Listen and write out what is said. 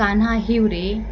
Kanha Hiware